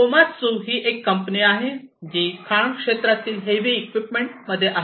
Komatsu ही एक company आहे जी खाण क्षेत्रातील हेवी इक्विपमेंट मध्ये आहे